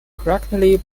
correctly